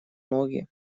ноги